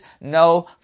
no